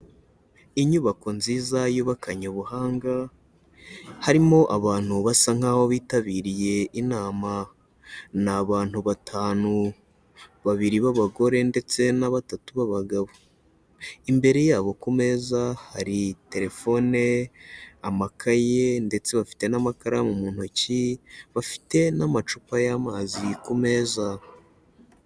Inyubako nziza yubakanye ubuhanga harimo abantu basa nk'aho bitabiriye inama, ni abantu batanu babiri b'abagore ndetse na batatu b'abagabo, imbere yabo ku meza hari telefone, amakaye, ndetse bafite n'amakaramu mu ntoki, bafite n'amacupa y'amazi ku meza.